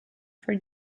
for